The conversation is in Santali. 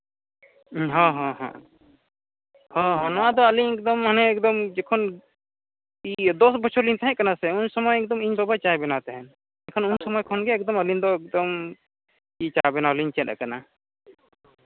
ᱦᱮᱸ ᱦᱮᱸ ᱱᱚᱣᱟ ᱫᱚ ᱟᱹᱞᱤᱧ ᱮᱠᱫᱚᱢ ᱦᱟᱱᱮ ᱮᱠᱫᱚᱢ ᱡᱚᱠᱷᱚᱱ ᱫᱚᱥ ᱵᱚᱪᱷᱚᱨ ᱞᱤᱧ ᱛᱟᱦᱮᱸ ᱠᱟᱱᱟ ᱥᱮ ᱩᱱ ᱥᱚᱢᱚᱭ ᱤᱧ ᱵᱟᱵᱟ ᱪᱟᱭ ᱵᱮᱱᱟᱣ ᱛᱟᱦᱮᱱ ᱛᱚᱠᱷᱚᱱ ᱩᱱ ᱥᱚᱢᱚᱭ ᱠᱷᱚᱱᱜᱮ ᱮᱠᱫᱚᱢ ᱟᱹᱞᱤᱧ ᱫᱚ ᱮᱠᱫᱚᱢ ᱪᱟ ᱵᱮᱱᱟᱣᱞᱤᱧ ᱪᱮᱫ ᱠᱟᱱᱟ